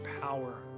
power